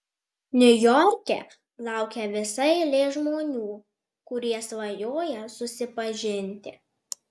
niujorke laukia visa eilė žmonių kurie svajoja susipažinti